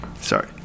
Sorry